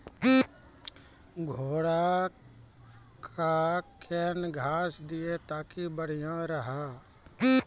घोड़ा का केन घास दिए ताकि बढ़िया रहा?